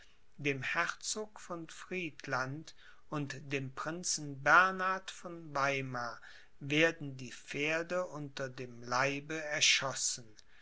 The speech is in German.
dem herzog von friedland und dem prinzen bernhard von weimar werden die pferde unter dem leibe erschossen